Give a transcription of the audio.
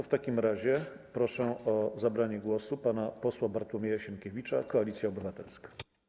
W takim razie proszę o zabranie głosu pana posła Bartłomieja Sienkiewicza, Koalicja Obywatelska.